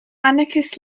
anarchist